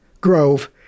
grove